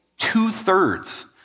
two-thirds